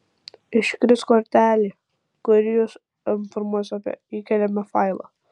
iškris kortelė kuri jus informuos apie įkeliamą failą